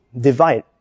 divide